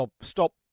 stop